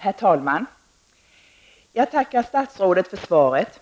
Herr talman! Jag tackar statsrådet för svaret.